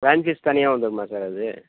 van fees தனியாக வந்துடுமா sir அது